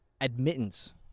admittance